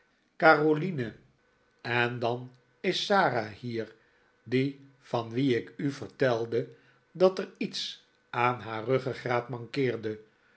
caroline en dan is sara hier die van wie ik u vertelde dat er iets aan haar ruggegraat mankeerde